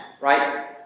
right